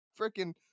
freaking